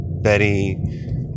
Betty